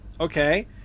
okay